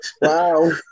Wow